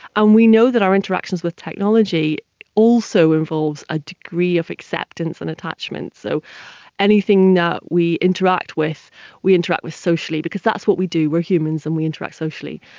and we know that our interactions with technology also involves a degree of acceptance and attachment. so anything that we interact with we interact with socially, because that's what we do, we're humans and we interact socially.